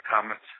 comments